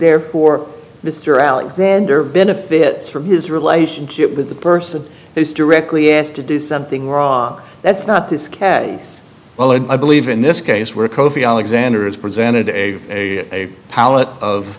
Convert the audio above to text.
therefore mr alexander benefits from his relationship with the person who's directly asked to do something rock that's not this case well i believe in this case where kofi alexander is presented a